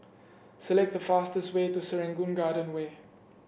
select the fastest way to Serangoon Garden Way